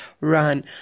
run